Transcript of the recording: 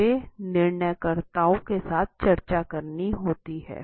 इसमे निर्णयकर्ताओं के साथ चर्चा करनी होती है